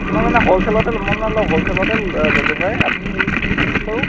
মই মানে হ'লছেলতে মই মানে অলপ হ'লছেলতে ল'লোঁ হয় আপুনি কওকচোন বাৰু